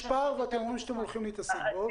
יש פער ואתם אומרים שאתם הולכים להתעסק בו.